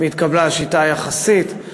והתקבלה השיטה היחסית.